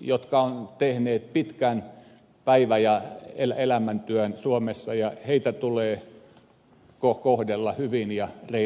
jotka ovat tehneet pitkän päivä ja elämäntyön suomessa ja heitä tulee kohdella hyvin ja reilusti